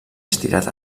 estirat